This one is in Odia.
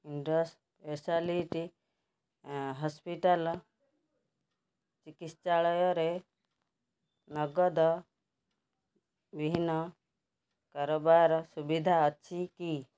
ଇଣ୍ଡସ୍ ସ୍ପେଶାଲିଟି ହସ୍ପିଟାଲ୍ ଚିକିତ୍ସାଳୟରେ ନଗଦବିହୀନ କାରବାର ସୁବିଧା ଅଛି କି